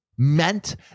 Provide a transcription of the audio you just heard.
meant